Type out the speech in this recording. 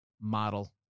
model